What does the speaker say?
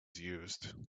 used